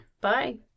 Bye